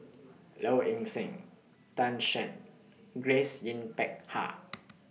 Low Ing Sing Tan Shen Grace Yin Peck Ha